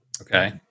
Okay